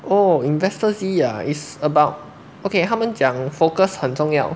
oh investor Z is about okay 他们讲 focus 很重要